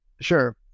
Sure